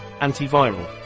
antiviral